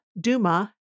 Duma